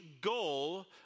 goal